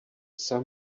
psa